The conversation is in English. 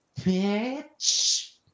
bitch